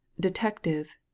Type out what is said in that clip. detective